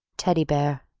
teddy bear